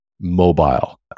mobile